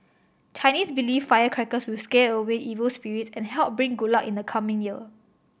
Chinese believe firecrackers will scare away evil spirits and help bring good luck in the coming year